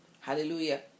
Hallelujah